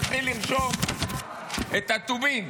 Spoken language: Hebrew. ומתחיל לרשום את הטובין,